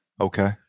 Okay